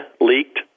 leaked